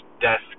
desk